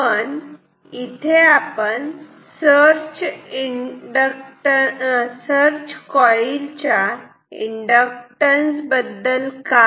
पण search coil च्या inductance बद्दल काय